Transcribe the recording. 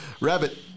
Rabbit